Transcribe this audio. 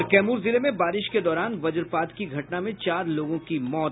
और कैमूर जिले में बारिश के दौरान वजपात की घटना में चार लोगों की मौत